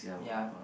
ya